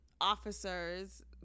officers